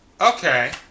Okay